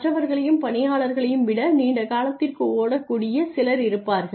மற்றவர்களையும் பணியாளர்களையும் விட நீண்ட காலத்திற்கு ஓடக்கூடிய சிலர் இருப்பார்கள்